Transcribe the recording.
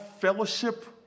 fellowship